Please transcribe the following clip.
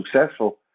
successful